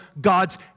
God's